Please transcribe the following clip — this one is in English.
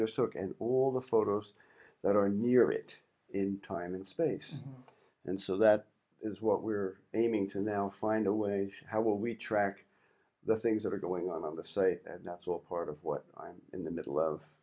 took and all the photos that are near it in time and space and so that is what we are aiming to now find a wage how will we track the things that are going on on the site and that's all part of what i'm in the middle of